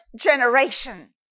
generation